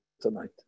tonight